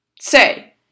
say